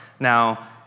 Now